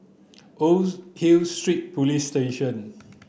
Old Hill Street Police Station